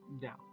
down